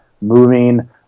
moving